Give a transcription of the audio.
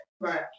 Right